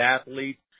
athletes